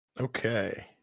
Okay